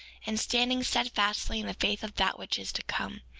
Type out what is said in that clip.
and standing steadfastly in the faith of that which is to come,